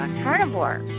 carnivore